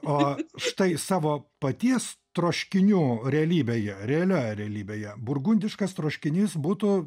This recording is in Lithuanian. o štai savo paties troškinių realybėje realioje realybėje burgundiškas troškinys būtų